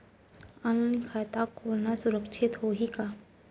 Online खाता खोलना सुरक्षित होही का?